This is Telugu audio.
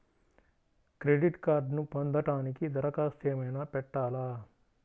క్రెడిట్ కార్డ్ను పొందటానికి దరఖాస్తు ఏమయినా పెట్టాలా?